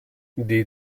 die